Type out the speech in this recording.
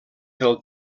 del